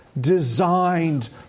designed